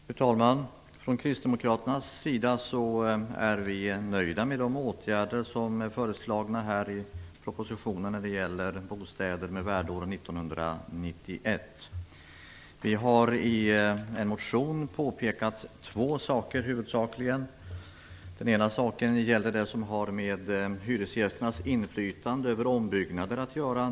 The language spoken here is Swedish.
Fru talman! Från kristdemokraternas sida är vi nöjda med de åtgärder som är föreslagna i propositionen när det gäller bostäder med värdeår 1991. Vi har i en motion huvudsakligen påpekat två saker. Den ena gäller det som har med hyresgästernas inflytande över ombyggnader att göra.